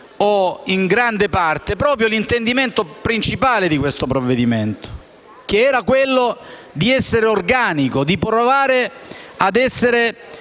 o in gran parte - proprio l'intendimento principale di questo provvedimento, che era quello di essere organico, di costituire